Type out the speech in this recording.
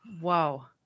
wow